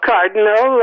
Cardinal